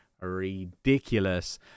ridiculous